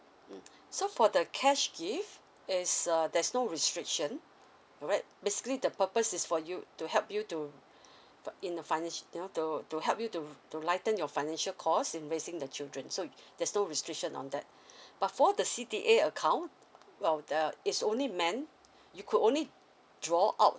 mm so for the cash gift it's uh there's no restriction alright basically the purpose is for you to help you to in a financial you know to to help you to to lighten your financial cost in raising the children so there's no restriction on that but for the C_D_A account well the it's only meant you could only draw out